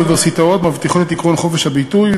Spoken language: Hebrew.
האוניברסיטאות מבטיחות את עקרון חופש הביטוי,